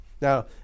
Now